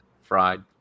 Fried